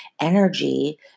energy